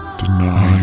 deny